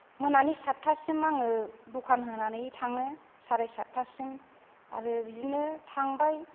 मोनानि सातथासिम आङो दखान होनानै थाङो साराइ सातथासिम आरो बिदिनो थांबाय